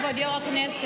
כבוד יו"ר הכנסת,